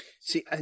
See